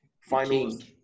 finals